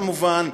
כמובן,